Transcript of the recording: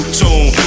tune